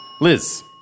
Liz